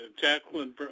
Jacqueline